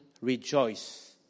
rejoice